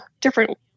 different